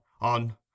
on